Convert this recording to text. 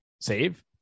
save